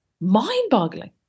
mind-boggling